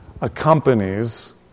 accompanies